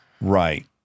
Right